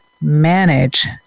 manage